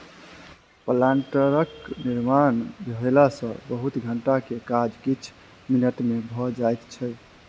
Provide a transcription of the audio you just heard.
प्लांटरक निर्माण भेला सॅ बहुत घंटा के काज किछ मिनट मे भ जाइत छै